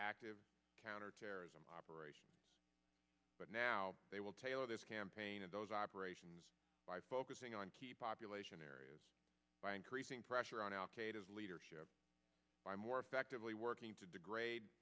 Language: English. active counterterrorism operations but now they will tailor this campaign of those operations by focusing on key population areas by increasing pressure on al qaeda leadership by more effectively working to degrade